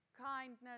kindness